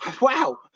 wow